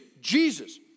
Jesus